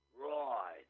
Right